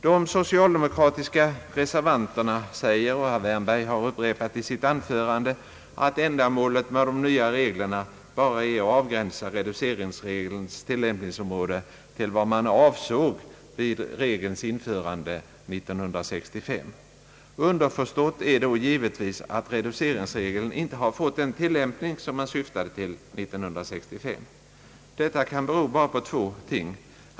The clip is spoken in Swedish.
De socialdemokratiska reservanterna säger — och herr Wärnberg har upprepat det i sitt anförande — att ändamålet med de nya reglerna bara är att avgränsa reduceringsregelns tillämpningsområde till vad man avsåg vid regelns införande 1965. Underförstått är då givetvis att reduceringsregeln inte har fått den tillämpning som man syftade till 1965. Detta kan bero bara på två ting.